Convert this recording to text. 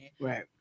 right